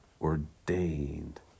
ordained